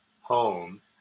home